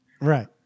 Right